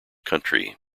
country